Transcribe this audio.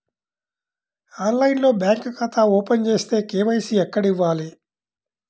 ఆన్లైన్లో బ్యాంకు ఖాతా ఓపెన్ చేస్తే, కే.వై.సి ఎక్కడ ఇవ్వాలి?